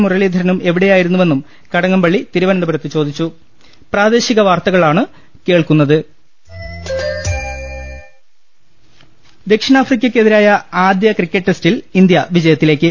മുരളീധരനും എവിടെയായിരുന്നുവെന്നും കടകംപള്ളി തിരുവനന്തപുരത്ത് ചോദി ച്ചും ദക്ഷിണാഫ്രിക്കയ്ക്ക് എതിരായ ആദ്യക്രിക്കറ്റ് ടെസ്റ്റിൽ ഇന്ത്യ വിജയത്തിലേ ക്ക്